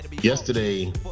yesterday